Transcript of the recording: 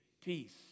peace